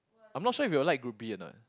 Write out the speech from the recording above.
I'm not sure if you will like group B or not